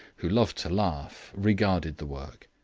who loved to laugh, regarded the work.